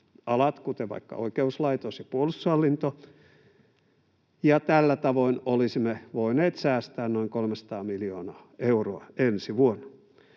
kuten vaikka oikeuslaitos ja puolustushallinto, ja tällä tavoin olisimme voineet säästää noin 300 miljoonaa euroa ensi vuonna.